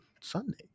Sunday